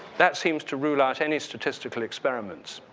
that seems to rule out any statistical experiments.